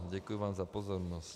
Děkuji vám za pozornost.